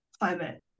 climate